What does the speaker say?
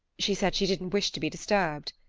she said she didn't wish to be disturbed.